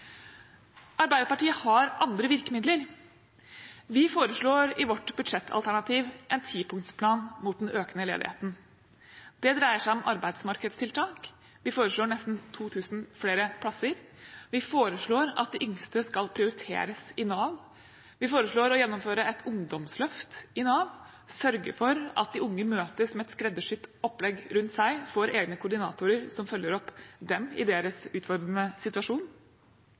Arbeiderpartiet har andre virkemidler. Vi foreslår i vårt budsjettalternativ en tipunktsplan mot den økende ledigheten. Det dreier seg om arbeidsmarkedstiltak, vi foreslår nesten 2 000 flere plasser. Vi foreslår at de yngste skal prioriteres i Nav. Vi foreslår å gjennomføre et ungdomsløft i Nav, sørge for at de unge møtes med et skreddersydd opplegg rundt seg, får egne koordinatorer som følger dem opp i deres utfordrende situasjon.